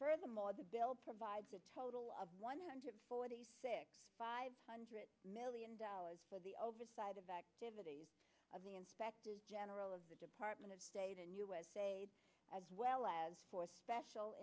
furthermore the bill provides a total of one hundred forty six five hundred million dollars for the oversight of activities of the inspector general of the department of state and us as well as for special